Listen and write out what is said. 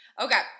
okay